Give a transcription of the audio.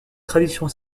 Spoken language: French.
traditions